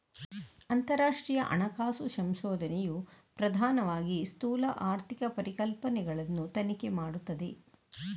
ಅಂತರರಾಷ್ಟ್ರೀಯ ಹಣಕಾಸು ಸಂಶೋಧನೆಯು ಪ್ರಧಾನವಾಗಿ ಸ್ಥೂಲ ಆರ್ಥಿಕ ಪರಿಕಲ್ಪನೆಗಳನ್ನು ತನಿಖೆ ಮಾಡುತ್ತದೆ